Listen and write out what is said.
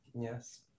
yes